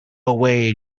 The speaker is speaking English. away